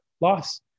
loss